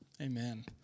Amen